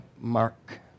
mark